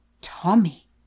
Tommy